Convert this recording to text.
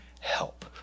help